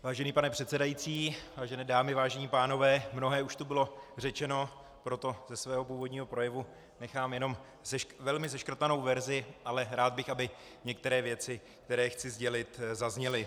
Vážený pane předsedající, vážené dámy, vážení pánové, mnohé už tu bylo řečeno, proto ze svého původního projevu nechám jenom velmi seškrtanou verzi, ale rád bych, aby některé věci, které chci sdělit, zazněly.